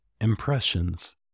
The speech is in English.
Impressions